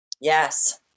Yes